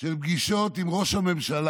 של פגישות עם ראש הממשלה.